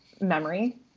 memory